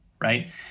right